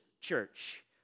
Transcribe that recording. church